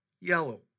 yellow